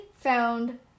found